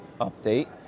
update